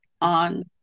on